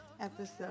episode